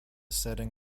setting